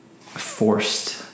forced